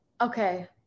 Okay